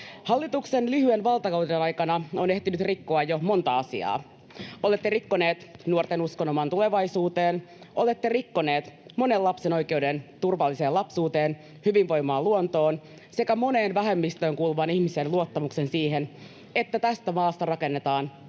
hallituksenne on lyhyen valtakautensa aikana ehtinyt rikkoa jo monta asiaa. Olette rikkoneet nuorten uskon omaan tulevaisuuteensa, olette rikkoneet monen lapsen oikeuden turvalliseen lapsuuteen, hyvinvoivaan luontoon sekä monen vähemmistöön kuuluvan luottamuksen siihen, että tästä maasta rakennetaan heille